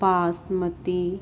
basmati